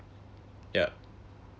yup